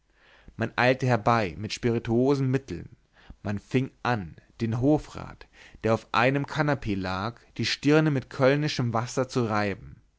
man eilte herbei mit spirituosen mitteln man fing an dem hofrat der auf einem kanapee lag die stirne mit kölnischem wasser zu reiben